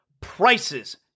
Prices